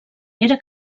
era